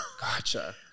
Gotcha